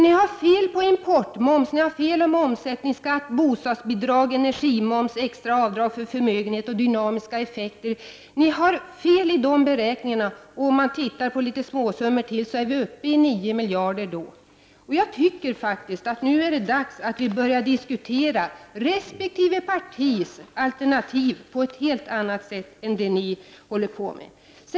Ni har fel i beräkningarna om importmoms, omsättningsskatt, bostadsbidrag, energimoms, extra avdrag för förmögenhet och dynamiska effekter. Med ytterligare några småsummor kommer vi då upp i 9 miljarder. Jag tycker att det nu är dags att börja diskutera resp. partis alternativ på ett helt annat sätt än ni gör.